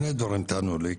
לשני דברים אני מבקש שתענו לי,